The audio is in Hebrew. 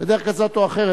בדרך כזאת או אחרת,